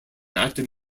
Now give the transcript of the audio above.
active